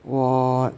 我